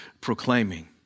proclaiming